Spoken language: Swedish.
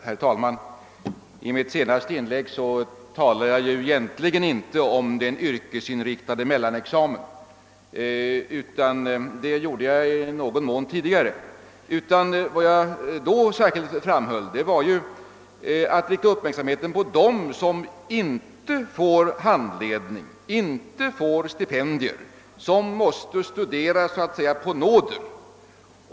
Herr talman! I mitt senaste inlägg talade jag egentligen inte om den yrkesinriktade mellanexamen; det gjorde jag i någon mån tidigare. I mitt senaste anförande riktade jag i stället uppmärksamheten på dem som inte får handledning och inte några stipendier utan som måste studera så att säga på nåder.